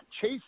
chase